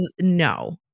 no